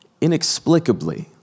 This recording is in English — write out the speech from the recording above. inexplicably